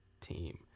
team